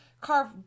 carve